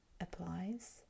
applies